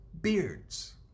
beards